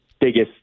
biggest